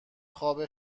خواب